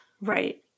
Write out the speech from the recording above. right